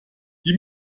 die